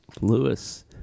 Lewis